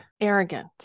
arrogant